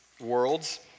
worlds